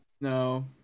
No